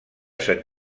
sant